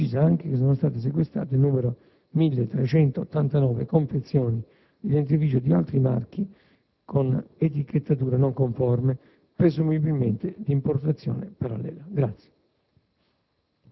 Si precisa anche che sono state sequestrate 1.389 confezioni di dentifricio di altri marchi con etichettatura non conforme, presumibilmente di importazione parallela.